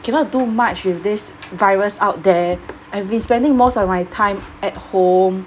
cannot do much with this virus out there I've been spending most of my time at home